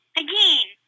again